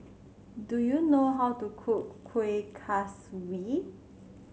do you know how to cook Kueh Kaswi